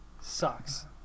sucks